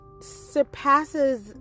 surpasses